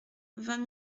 vingt